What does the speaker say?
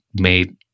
made